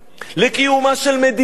לקיומה של מדינה.